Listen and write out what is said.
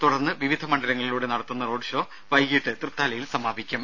തുടർന്ന് വിവിധ മണ്ഡലങ്ങളിലൂടെ നടത്തുന്ന റോഡ് ഷോ വൈകിട്ട് തൃത്താലയിൽ സമാപിക്കും